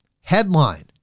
Headline